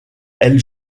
elle